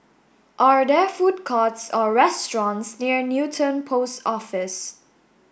are there food courts or restaurants near Newton Post Office